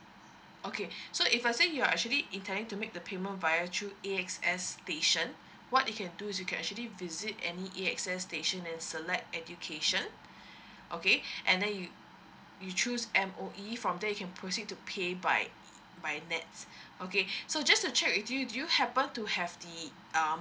okay so if you're saying you're actually intending to make the payment via through A_X_S station what you can do is you can actually visit any A_X_S station and select education okay and then you you choose M_O_E from there you can proceed to pay by by nett okay so just to check with you do you happen to have the um